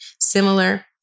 similar